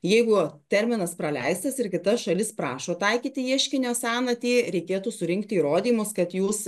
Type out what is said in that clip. jeigu terminas praleistas ir kita šalis prašo taikyti ieškinio senatį reikėtų surinkti įrodymus kad jūs